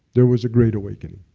there was a great awakening.